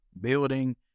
building